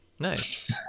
Nice